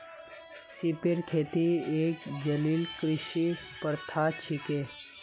सिपेर खेती एक जलीय कृषि प्रथा छिके